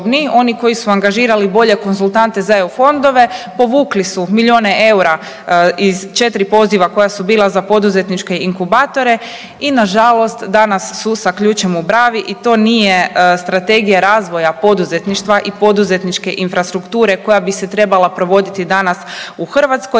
oni koji su angažirali bolje konzultante za eu fondove povukli su milijune eura iz četiri poziva koja su bila za poduzetničke inkubatore i nažalost danas su sa ključem u bravi i to nije Strategija razvoja poduzetništva i poduzetničke infrastrukture koja bi se trebala provoditi danas u Hrvatskoj,